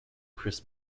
chris